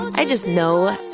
i just know,